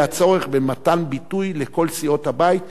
וזה הצורך במתן ביטוי לכל סיעות הבית,